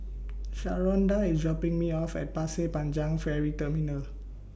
Sharonda IS dropping Me off At Pasir Panjang Ferry Terminal